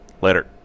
Later